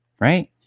Right